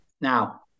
Now